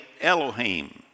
Elohim